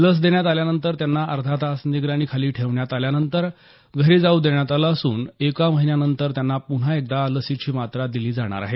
लस देण्यात आल्यानंतर त्यांना अर्धा तास निगरानीखाली ठेवण्यात आल्यानंतर घरी जाऊ देण्यात आलं असून एका महिन्यानंतर त्यांना पुन्हा एकदा लसीची मात्रा दिली जाणार आहे